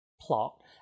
plot